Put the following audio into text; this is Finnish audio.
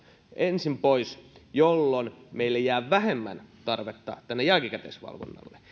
ensin pois jolloin meillä jää vähemmän tarvetta tälle jälkikäteisvalvonnalle